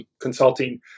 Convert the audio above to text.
consulting